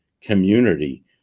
Community